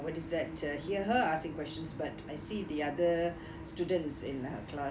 what is that hear her asking questions but I see the other students in her class